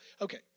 Okay